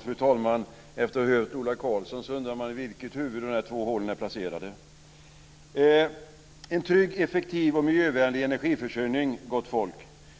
Fru talman! Efter att ha hört Ola Karlsson undrar man i vilket huvud dessa två hål är placerade. Samverkan för en trygg, effektiv och miljövänlig energiförsörjning.